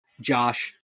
Josh